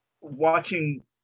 watching